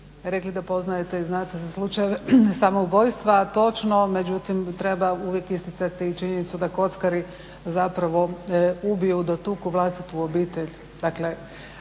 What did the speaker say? rekli da poznajete i znate za slučajeve samoubojstva, točno, međutim treba uvijek isticati činjenicu da kockari zapravo ubiju, dotuku vlastitu obitelj,